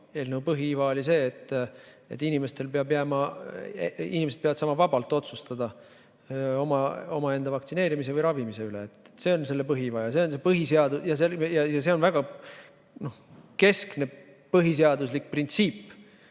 Eelnõu põhiiva oli see, et inimesed peavad saama vabalt otsustada omaenda vaktsineerimise või ravimise üle. See on selle põhiiva ja see on väga keskne põhiseaduslik printsiip,